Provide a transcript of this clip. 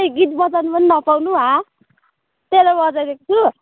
ओइ गीत बजाउनु पनि नपाउनु हाँ तेरो बजाइदिएको छु